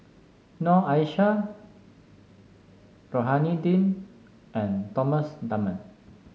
Noor Aishah Rohani Din and Thomas Dunman